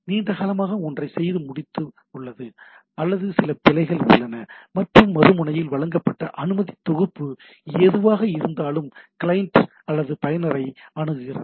நீண்ட காலமாக ஒன்றைச் செய்து முடித்து உள்ளது அல்லது சில பிழைகள் உள்ளன மற்றும் மறுமுனையில் வழங்கப்பட்ட அனுமதி தொகுப்பு எதுவாக இருந்தாலும் கிளையன்ட் அல்லது பயனரை அணுகுகிறது